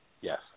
Yes